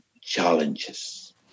challenges